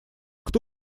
кто